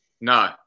No